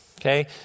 okay